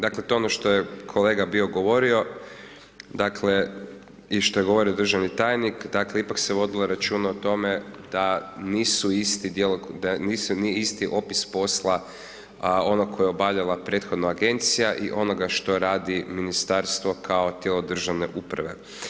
Dakle, to je ono što je kolega bio govorio, dakle, i šta je govorio državni tajnik, dakle, ipak se vodilo računa o tome da nisu isti, da nisu ni isti opis posla onog koji je obavljala prethodna Agencija i onoga što radi Ministarstvo kao tijelo državne uprave.